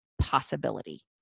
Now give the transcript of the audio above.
possibility